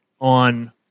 on